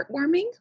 heartwarming